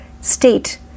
state